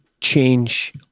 change